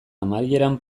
amaieran